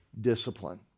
discipline